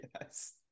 Yes